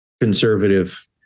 conservative